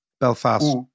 Belfast